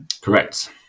Correct